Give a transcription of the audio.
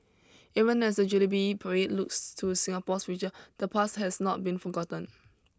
even as the jubilee parade looks to Singapore's future the past has not been forgotten